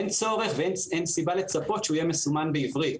אין צורך ואין סיבה לצפות שהוא יהיה מסומן בעברית.